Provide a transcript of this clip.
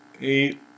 Eight